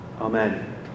Amen